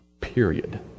period